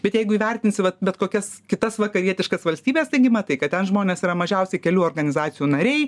bet jeigu įvertinsi vat bet kokias kitas vakarietiškas valstybes taigi matai kad ten žmonės yra mažiausi kelių organizacijų nariai